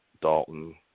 Dalton